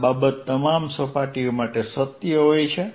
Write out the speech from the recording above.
આ બાબત તમામ સપાટીઓ માટે સત્ય હોય છે